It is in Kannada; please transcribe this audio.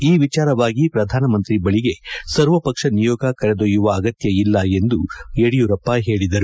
ಈ ವಿಚಾರವಾಗಿ ಪ್ರಧಾನಿ ಬಳಿಗೆ ಸರ್ವ ಪಕ್ಷ ನಿಯೋಗ ಕರೆದೊಯ್ಯುವ ಅಗತ್ಯ ಇಲ್ಲ ಎಂದು ಯಡಿಯೂರಪ್ಪ ಹೇಳಿದರು